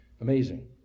Amazing